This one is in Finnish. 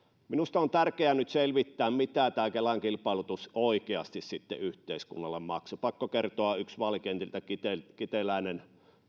minusta on tärkeää nyt selvittää mitä tämä kelan kilpailutus oikeasti sitten yhteiskunnalle maksoi pakko kertoa yksi tapaus vaalikentiltä kiteeläinen